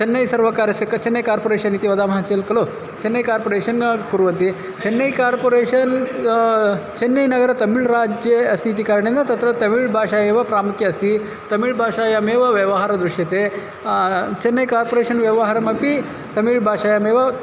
चन्नै सर्वकारस्य चन्नै कार्पोरेशन् इति वदामः चेत् खलु चन्नै कार्पोरेशन् न कुर्वन्ति चेन्नै कार्पोरेशन् चन्नैनगरे तमिळ् राज्ये अस्ति इति कारणेन तत्र तमिल् भाषा एव प्रामुख्यम् अस्ति तमिल् भाषायामेव व्यवहारः दृश्यते चेन्नै कार्पोरेशन् व्यवहारमपि तमिल् भाषायामेव